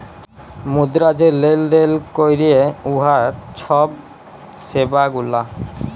মুদ্রা যে লেলদেল ক্যরে উয়ার ছব সেবা গুলা